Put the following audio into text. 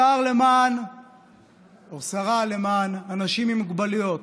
שר, או שרה, למען אנשים עם מוגבלויות.